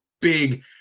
big